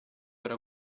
era